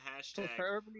hashtag